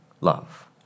love